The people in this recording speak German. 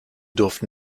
durften